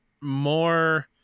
more